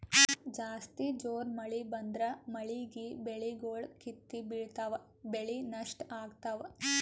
ಜಾಸ್ತಿ ಜೋರ್ ಮಳಿ ಬಂದ್ರ ಮಳೀಗಿ ಬೆಳಿಗೊಳ್ ಕಿತ್ತಿ ಬಿಳ್ತಾವ್ ಬೆಳಿ ನಷ್ಟ್ ಆಗ್ತಾವ್